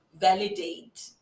validate